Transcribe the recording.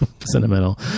sentimental